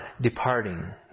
departing